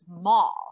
small